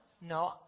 No